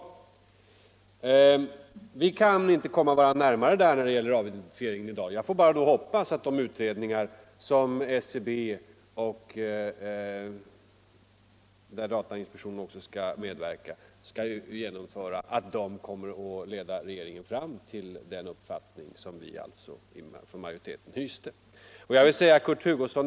Men eftersom vi väl i dag inte kommer varandra närmare när det gäller avidentifieringen får jag bara hoppas att de utredningar som statistiska centralbyrån och datainspektionen skall genomföra kommer att leda regeringen fram till den uppfattning som vi i majoriteten hyser.